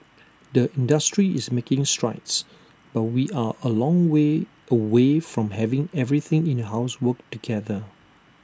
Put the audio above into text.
the industry is making strides but we are A long way away from having everything in your house work together